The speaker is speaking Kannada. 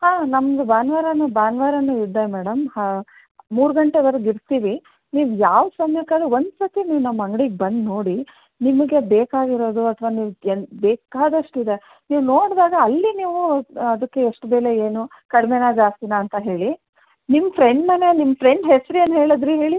ಹಾಂ ನಮ್ದು ಭಾನುವಾರನೂ ಭಾನುವಾರನು ಇದೆ ಮೇಡಮ್ ಹಾಂ ಮೂರು ಗಂಟೆವರ್ಗೂ ಇರ್ತೀವಿ ನೀವು ಯಾವ ಸಮಯಕ್ಕಾದ್ರು ಒಂದು ಸರ್ತಿ ನೀವು ನಮ್ಮ ಅಂಗ್ಡಿಗೆ ಬಂದು ನೋಡಿ ನಿಮಗೆ ಬೇಕಾಗಿರೋದು ಅಥವಾ ನೀವು ಏನ್ ಬೇಕಾದಷ್ಟಿದೆ ನೀವು ನೋಡಿದಾಗ ಅಲ್ಲಿ ನೀವು ಅದಕ್ಕೆ ಎಷ್ಟು ಬೆಲೆ ಏನು ಕಡಿಮೆನಾ ಜಾಸ್ತಿನಾ ಅಂತ ಹೇಳಿ ನಿಮ್ಮ ಫ್ರೆಂಡ್ ಮನೆ ನಿಮ್ಮ ಫ್ರೆಂಡ್ ಹೆಸ್ರು ಏನು ಹೇಳಿದ್ರಿ ಹೇಳಿ